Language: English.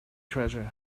treasure